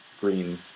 green